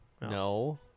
No